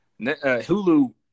Hulu